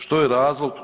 Što je razlog?